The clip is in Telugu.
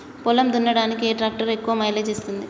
పొలం దున్నడానికి ఏ ట్రాక్టర్ ఎక్కువ మైలేజ్ ఇస్తుంది?